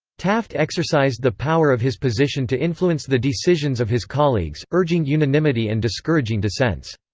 taft exercised the power of his position to influence the decisions of his colleagues, urging unanimity and discouraging dissents.